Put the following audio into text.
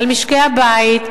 על משקי-הבית.